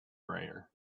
rare